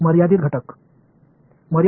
மாணவர் வரையறுக்கப்பட்ட உறுப்பு